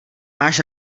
máš